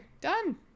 done